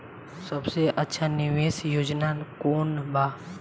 सबसे अच्छा निवेस योजना कोवन बा?